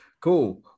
cool